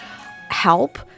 help